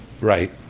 Right